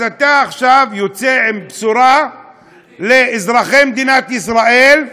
אז אתה עכשיו יוצא עם בשורה לאזרחי מדינת ישראל,